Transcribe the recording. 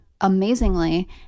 amazingly